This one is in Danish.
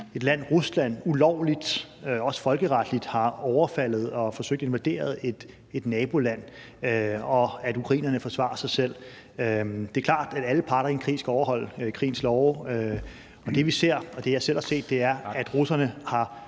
et land, Rusland, ulovligt, også folkeretligt, har overfaldet og forsøgt at invadere et naboland, og at ukrainerne forsvarer sig selv. Det er klart, at alle parter i en krig skal overholde krigens love, og det, vi ser, og det, jeg selv har set, er, at russerne har